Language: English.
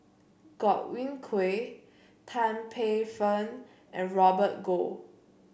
Godwin Koay Tan Paey Fern and Robert Goh